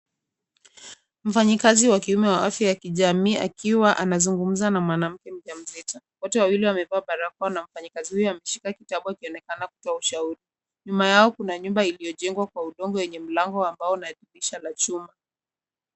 Mfanyikazi wa kiume wa afya ya kijamii akiwa anazungumza na mwanamke mjamzito, wote wawili wamevaa barakoa na mfanyikazi huyo ameshika kitu ambayo inaonekana kutoa ushauri. Nyuma yao kuna nyumba iliyojengwa kwa udongo yenye mlango ya mbao na dirisha la chuma.